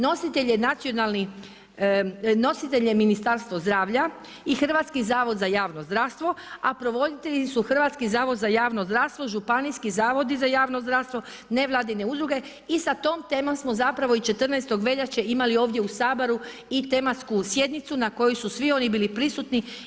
Nositelj je Ministarstvo zdravlja i Hrvatski zavod za javno zdravstvo, a provoditelji su Hrvatski zavod za javno zdravstvo, županijski zavodi za javno zdravstvo, nevladine udruge i sa tom temom smo zapravo i 14. veljače imali ovdje u Saboru i tematsku sjednicu na kojoj su svi oni bili prisutni.